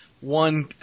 one